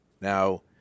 Now